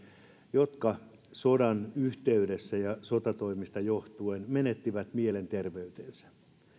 jotka sodan yhteydessä ja sotatoimista johtuen menettivät mielenterveytensä